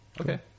Okay